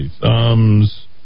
Thumbs